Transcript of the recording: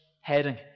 heading